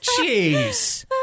Jeez